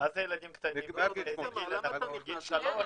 מהי המגבלה השנייה?